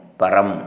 param